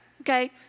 Okay